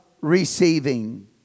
receiving